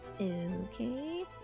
Okay